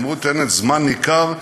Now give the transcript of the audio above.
אמרו: תן זמן ניכר,